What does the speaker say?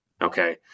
okay